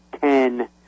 Ten